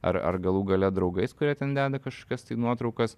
ar ar galų gale draugais kurie ten deda kažkias tai nuotraukas